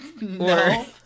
No